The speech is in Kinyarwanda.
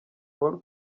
paul